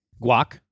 guac